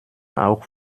auch